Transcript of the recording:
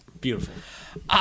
Beautiful